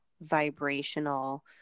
vibrational